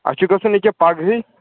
اَسہِ چھِ گژھُن ییٚکیٛاہ پَگہٕے